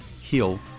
heal